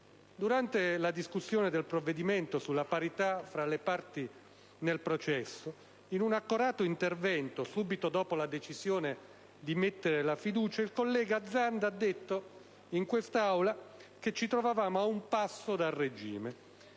Durante la discussione del provvedimento sulla parità fra le parti nel processo, in un accorato intervento subito dopo la decisione di porre la fiducia, il collega Zanda ha detto in quest'Aula che ci trovavamo a un passo dal regime.